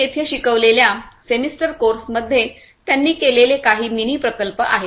मी येथे शिकवलेल्या सेमिस्टर कोर्समध्ये त्यांनी केलेले काही मिनी प्रकल्प आहेत